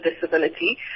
disability